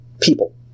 people